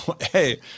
hey